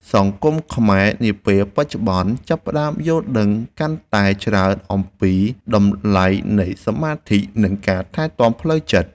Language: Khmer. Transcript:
សង្គមខ្មែរនាពេលបច្ចុប្បន្នចាប់ផ្តើមយល់ដឹងកាន់តែច្រើនអំពីតម្លៃនៃសមាធិ និង ការថែទាំផ្លូវចិត្ត។